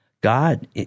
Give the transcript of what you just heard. God